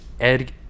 Ed